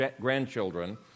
grandchildren